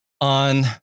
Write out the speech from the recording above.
on